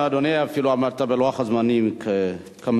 אדוני, אפילו עמדת בלוח הזמנים כמצופה.